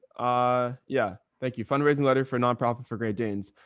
ah yeah. thank you. fundraising letter for nonprofit for great danes.